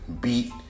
beat